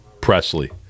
Presley